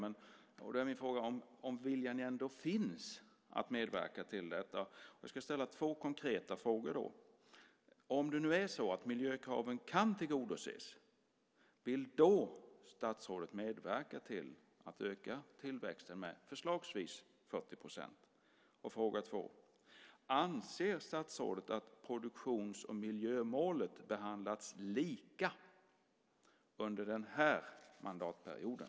Om nu viljan att medverka till detta ändå finns vill jag ställa två konkreta frågor. Om det är så att miljökraven kan tillgodoses, vill statsrådet då medverka till att öka tillväxten med förslagsvis 40 %? Anser statsrådet att produktions och miljömålen behandlats lika under den här mandatperioden?